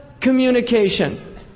communication